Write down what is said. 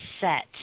set